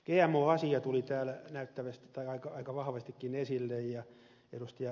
gmo asia tuli täällä näyttävästi tai aika vahvastikin esille ja ed